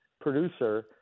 producer